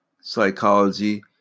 psychology